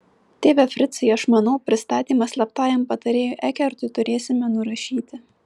tėve fricai aš manau pristatymą slaptajam patarėjui ekertui turėsime nurašyti